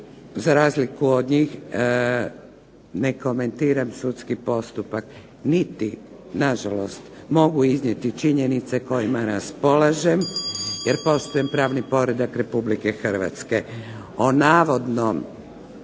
za razliku od njih, ne komentiram sudski postupak, niti na žalost mogu iznijeti činjenice kojima raspolažem jer poštujem pravni poredak Republike Hrvatske. O navodnom